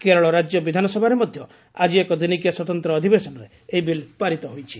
କେରଳ ରାଜ୍ୟ ବିଧାନସଭାରେ ମଧ୍ୟ ଆଜି ଏକ ଦିନିକିଆ ସ୍ୱତନ୍ତ୍ର ଅଧିବେଶନରେ ଏହି ବିଲ୍ ପାରିତ ହୋଇଛି